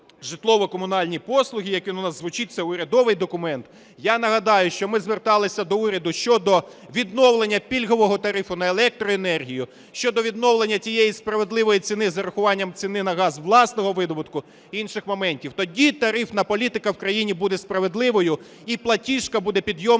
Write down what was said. житлово-комунальні послуги", як він у нас звучить, це урядовий документ, я нагадаю, що ми зверталися до уряду щодо відновлення пільгового тарифу на електроенергію, щодо відновлення тієї справедливої ціни з урахуванням ціни на газ власного видобутку і інших моментів. Тоді тарифна політика в країні буде справедливою і платіжка буде підйомною